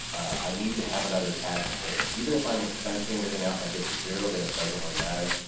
i need to have another tax payer even if i'm expensing everything out and i get to zero then it doesn't really matter.